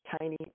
Tiny